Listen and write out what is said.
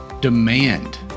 Demand